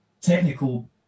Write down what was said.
technical